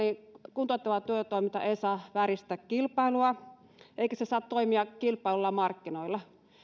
kuntouttava työtoiminta ei saa vääristää kilpailua eikä se saa toimia kilpailluilla markkinoilla